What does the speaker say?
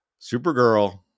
Supergirl